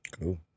Cool